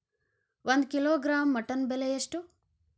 ಒಂದು kilogram mutton ಬೆಲೆ ಎಷ್ಟ್?